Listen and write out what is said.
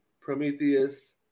Prometheus